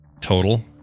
Total